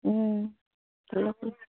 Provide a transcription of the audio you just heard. हूँ लेलहुँ की